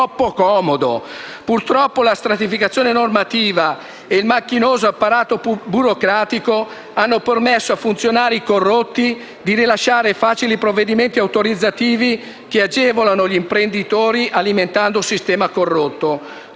Purtroppo, la stratificazione normativa e il macchinoso apparato burocratico hanno permesso a funzionari corrotti di rilasciare facili provvedimenti autorizzativi che agevolano gli imprenditori alimentando un sistema corrotto.